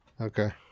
Okay